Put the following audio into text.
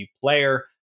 player